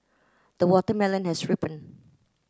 the watermelon has ripened